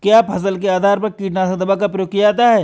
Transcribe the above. क्या फसल के आधार पर कीटनाशक दवा का प्रयोग किया जाता है?